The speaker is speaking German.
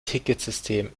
ticketsystem